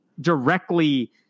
directly